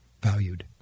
valued